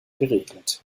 geregelt